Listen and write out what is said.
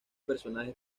personajes